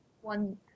one